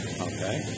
Okay